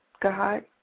God